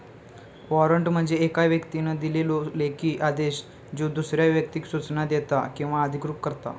warrant म्हणजे येका व्यक्तीन दिलेलो लेखी आदेश ज्यो दुसऱ्या व्यक्तीक सूचना देता किंवा अधिकृत करता